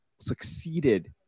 Succeeded